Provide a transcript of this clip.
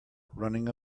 running